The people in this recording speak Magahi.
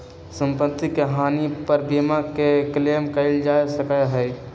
सम्पत्ति के हानि पर बीमा के क्लेम कइल जा सका हई